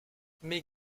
mais